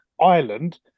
Ireland